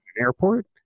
airport